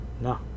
No